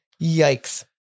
Yikes